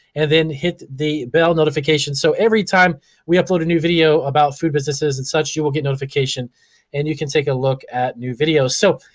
and then hit the bell notification so every time we upload a new video about food business and such you will get notification and you can take a look at new videos. so,